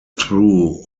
through